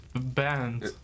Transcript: band